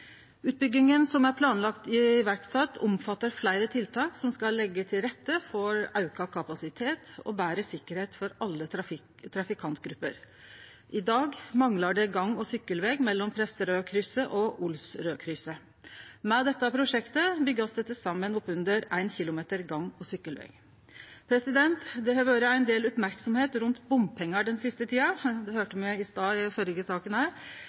Utbygginga som er planlagd sett i verk, omfattar fleire tiltak som skal leggje til rette for auka kapasitet og betre sikkerheit for alle trafikantgrupper. I dag manglar det gang- og sykkelveg mellom Presterødkrysset og Olsrødkrysset. Med dette prosjektet blir det bygt til saman opp under 1 km gang- og sykkelveg. Det har vore ein del merksemd rundt bompengar den siste tida – det